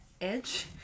edge